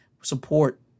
support